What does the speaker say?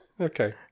Okay